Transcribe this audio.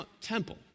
temple